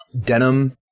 denim